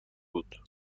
بود